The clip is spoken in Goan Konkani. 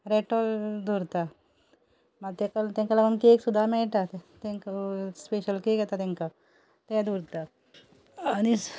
रेटॉल दवरता मात तांका लागून केक सुद्दां मेळटा तांकां स्पेशल केक येता तांकां ते दवरता आनी